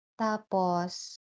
Tapos